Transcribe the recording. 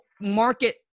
market